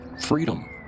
Freedom